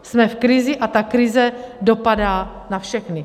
Jsme v krizi, a ta krize dopadá na všechny.